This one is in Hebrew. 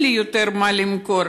ואין לי יותר מה למכור,